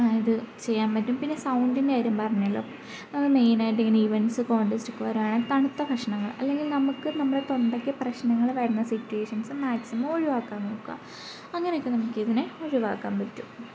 ഇത് ചെയ്യാൻ പറ്റും പിന്നെ സൗണ്ടിൻ്റെ കാര്യം പറഞ്ഞല്ലോ നമ്മൾ മെയിനായിട്ട് ഇങ്ങനെ ഇവൻ്റ്സ് കോൺടെസ്റ്റ് ഒക്കെ വരികയാണേൽ തണുത്ത കഷണങ്ങൾ അല്ലെങ്കിൽ നമുക്ക് നമ്മുടെ തൊണ്ടയ്ക്ക് പ്രശ്നങ്ങൾ വരുന്ന സിറ്റുവേഷൻസ് മാക്സിമം ഒഴിവാക്കാൻ നോക്കുക അങ്ങനെയൊക്കെ നമുക്കിതിനെ ഒഴിവാക്കാൻ പറ്റും